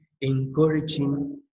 encouraging